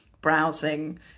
browsing